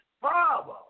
father